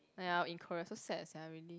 ya in Korea so sad sia really